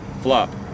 Flop